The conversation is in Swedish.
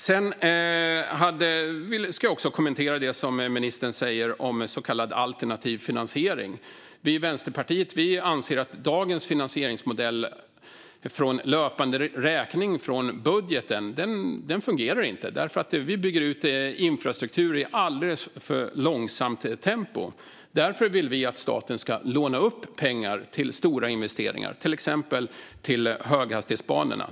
Jag ska också kommentera det ministern säger om så kallad alternativ finansiering. Vänsterpartiet anser att dagens finansieringsmodell, från löpande räkning från budgeten, inte fungerar. Vi bygger ut infrastruktur i alldeles för långsamt tempo. Vi vill därför att staten ska låna upp pengar till stora investeringar, till exempel till höghastighetsbanorna.